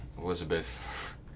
Elizabeth